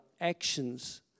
actions